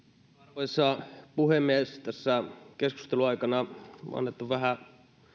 arvoisa puhemies kun keskustelun aikana on annettu ehkä vähän